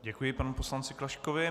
Děkuji panu poslanci Klaškovi.